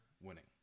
winning